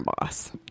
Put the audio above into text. boss